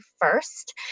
first